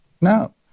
No